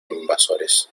invasores